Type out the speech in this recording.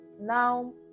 Now